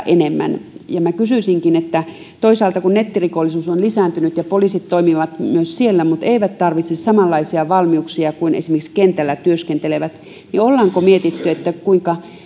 enemmän minä kysyisinkin toisaalta kun nettirikollisuus on lisääntynyt ja poliisit toimivat myös siellä mutta eivät tarvitse samanlaisia valmiuksia kuin esimerkiksi kentällä työskentelevät niin ollaanko mietitty kuinka tämä